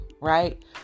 right